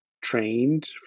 trained